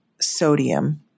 sodium